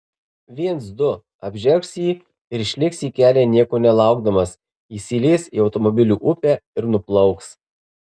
viens du apžergs jį ir išlėks į kelią nieko nelaukdamas įsilies į automobilių upę ir nuplauks